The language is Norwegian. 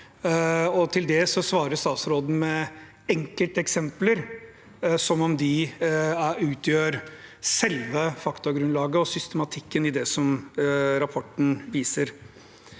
på det svarer statsråden med enkelteksempler, som om de utgjør selve faktagrunnlaget og systematikken i det som rapporten viser.